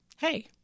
hey